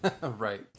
Right